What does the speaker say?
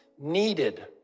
needed